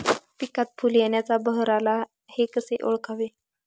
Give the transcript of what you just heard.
पिकात फूल येण्याचा बहर आला हे कसे ओळखावे?